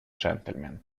джентльмен